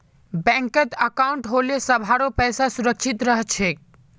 बैंकत अंकाउट होले सभारो पैसा सुरक्षित रह छेक